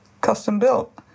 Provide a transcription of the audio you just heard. custom-built